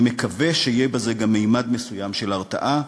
אני מקווה שיהיה בזה גם ממד מסוים של הרתעה,